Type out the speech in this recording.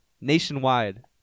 nationwide